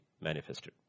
manifested